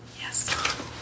Yes